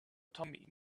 tommy